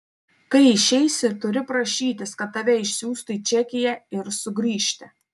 kai išeisi turi prašytis kad tave išsiųstų į čekiją ir sugrįžti